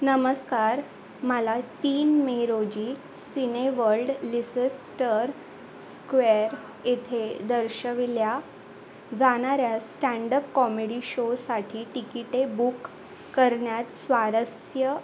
नमस्कार मला तीन मे रोजी सीनेवर्ल्ड लिसेस्टर स्क्वेअर येथे दर्शवल्या जाणाऱ्या स्टँडअप कॉमेडी शोसाठी टिकीटे बूक करण्यात स्वारस्य